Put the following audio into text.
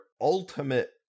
ultimate